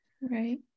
right